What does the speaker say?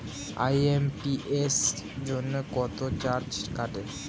IMPS জন্য কত charge কাটে?